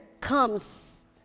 comes